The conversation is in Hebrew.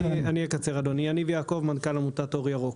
אני מנכ"ל עמותת אור ירוק.